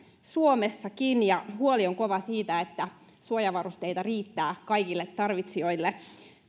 suomessakin ja huoli on kova siitä että suojavarusteita riittää kaikille tarvitsijoille